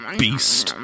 beast